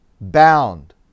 bound